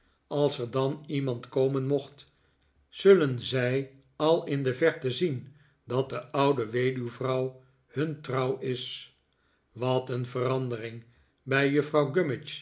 als er dan iemand komen mocht zullen zij al in de verte zien dat de oude weduwvrouw hun trouw is wat een verandering bij juffrouw